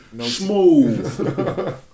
Smooth